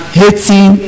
hating